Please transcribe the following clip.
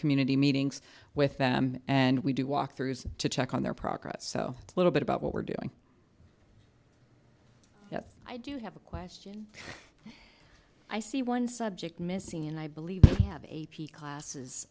community meetings with them and we do walk through to check on their progress so it's a little bit about what we're doing i do have a question i see one subject missing and i believe i have a p classes